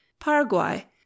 Paraguay